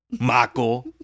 Michael